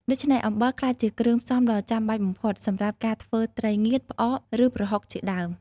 ដូច្នេះ អំបិលក្លាយជាគ្រឿងផ្សំដ៏ចាំបាច់បំផុតសម្រាប់ការធ្វើត្រីងៀត ផ្អក ឬប្រហុកជាដើម។